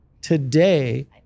today